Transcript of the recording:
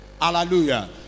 Hallelujah